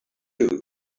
too